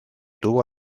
tuvo